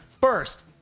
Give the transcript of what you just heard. first